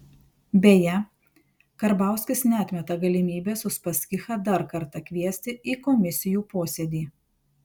beje karbauskis neatmeta galimybės uspaskichą dar kartą kviesti į komisijų posėdį